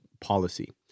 policy